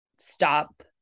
stop